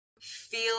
feel